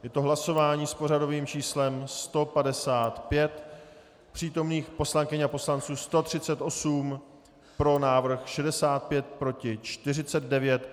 Je to hlasování s pořadovým číslem 155, přítomných poslankyň a poslanců 138, pro návrh 65, proti 49.